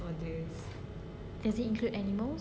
does it include animals